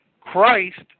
Christ